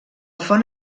font